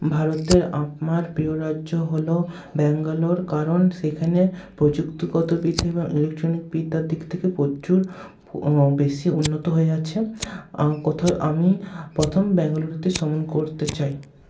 ভারতের আপনার প্রিয় রাজ্য হল ব্যাঙ্গালর কারণ সেখানে প্রযুক্তিগত বিধি বা ইলেকট্রনিক বিদ্যার দিক থেকে প্রচুর বেশি উন্নত হয়ে আছে কোথাও আমি প্রথম ব্যাঙ্গালুরুতে করতে চাই